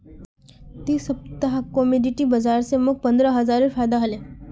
दी सप्ताहत कमोडिटी बाजार स मोक पंद्रह हजारेर फायदा हले